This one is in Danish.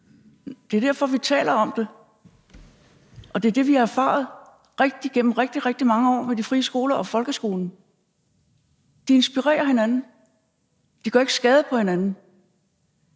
Det er derfor, vi taler om det, og det er det, vi har erfaret igennem rigtig, rigtig mange år med de frie skoler og folkeskolen. De inspirerer hinanden. De gør ikke skade på hinanden.